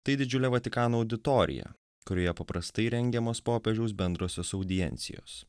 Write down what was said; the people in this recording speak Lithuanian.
tai didžiulė vatikano auditorija kurioje paprastai rengiamos popiežiaus bendrosios audiencijos